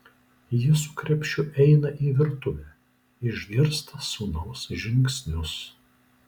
ji su krepšiu eina į virtuvę išgirsta sūnaus žingsnius